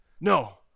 No